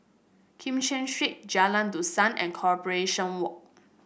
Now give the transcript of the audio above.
Kim Cheng Street Jalan Dusan and Corporation Walk